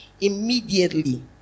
immediately